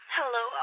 Hello